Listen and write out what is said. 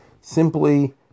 simply